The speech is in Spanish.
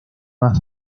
más